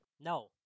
No